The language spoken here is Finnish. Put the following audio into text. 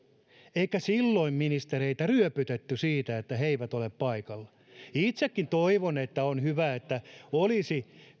eikä silloin ministereitä ryöpytetty siitä että he eivät ole paikalla itsekin toivon hyvä että olisi